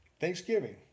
Thanksgiving